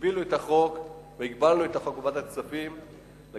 הגבילו את החוק והגבלנו את החוק בוועדת הכספים לתרופות,